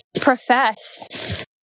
profess